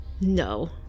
No